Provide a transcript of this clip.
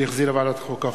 שהחזירה ועדת החוקה,